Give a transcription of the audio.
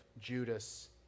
Judas